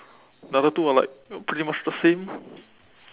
the other two are like pretty much the same